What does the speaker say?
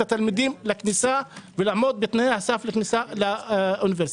התלמידים לכניסה ולעמוד בתנאי הכניסה לאוניברסיטה.